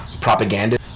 propaganda